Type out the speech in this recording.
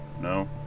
No